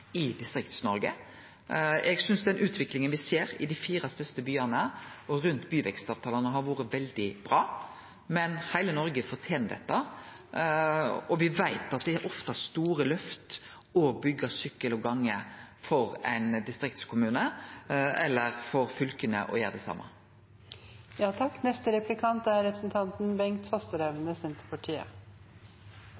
i Distrikts-Noreg. Eg synest den utviklinga me ser i dei fire største byane og rundt byvekstavtalane, har vore veldig bra, men heile Noreg fortener dette, og me veit at det ofte er store løft for ein distriktskommune eller for fylka å gjere det same, å byggje gang- og sykkelvegar. En liten oppfølging av det som representanten